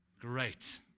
Great